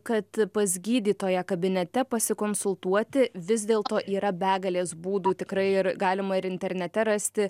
kad pas gydytoją kabinete pasikonsultuoti vis dėl to yra begalės būdų tikrai ir galima ir internete rasti